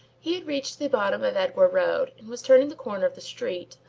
he had reached the bottom of edgware road and was turning the corner of the street,